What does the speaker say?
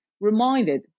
reminded